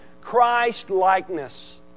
Christ-likeness